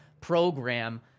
program